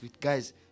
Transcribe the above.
guys